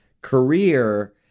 career